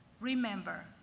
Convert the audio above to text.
remember